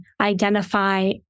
identify